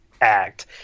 act